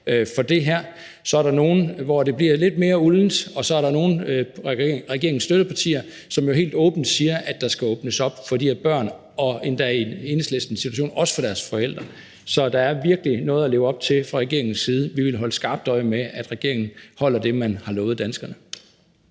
for det her. Så er der nogle, hvor det bliver lidt mere uldent, og så er der nogle af regeringens støttepartier, som jo helt åbent siger, at der skal åbnes op for de her børn – og endda hvad angår Enhedslisten også for deres forældre. Så der er virkelig noget at leve op til fra regeringens side. Vi vil holde skarpt øje med, at regeringen holder det, man har lovet danskerne.